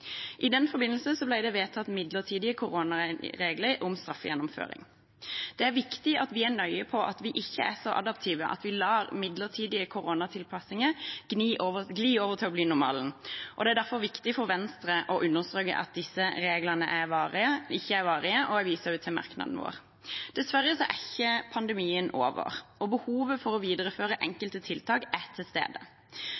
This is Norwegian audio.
I den forbindelse ble det vedtatt midlertidige koronaregler om straffegjennomføring. Det er viktig at vi er nøye på at vi ikke er så adaptive at vi lar midlertidige koronatilpasninger gli over til å bli normalen, og det er derfor viktig for Venstre å understreke at disse reglene ikke er varige. Jeg viser også til merknaden vår. Dessverre er ikke pandemien over, og behovet for å videreføre